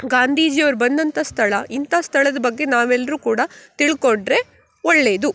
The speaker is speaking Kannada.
ಗಾಂಧೀಜಿಯು ಬಂದಂಥ ಸ್ಥಳ ಇಂಥ ಸ್ಥಳದ ಬಗ್ಗೆ ನಾವು ಎಲ್ಲರೂ ಕೂಡ ತಿಳ್ಕೊಂಡರೆ ಒಳ್ಳೆಯದು